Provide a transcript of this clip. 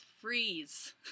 freeze